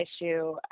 issue